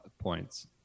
points